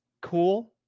cool